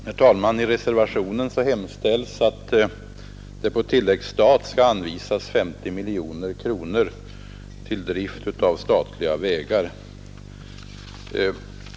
Herr talman! I reservationen hemställs att det på tilläggsstat anvisas 50 miljoner kronor till Drift av statliga vägar.